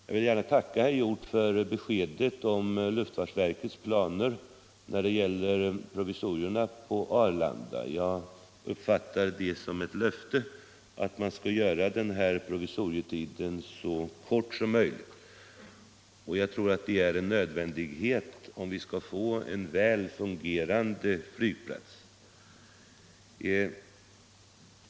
Jag vill gärna tacka herr Hjorth. för beskedet om luftfartsverkets planer när det gäller provisorierna på Arlanda. Jag uppfattar det som ett löfte att man skall göra provisorietiden så kort som möjligt, och jag tror att detta är en nödvändighet för att vi skall få en väl fungerande flygplats.